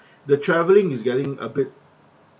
the travelling is getting a bit